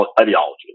ideology